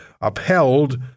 upheld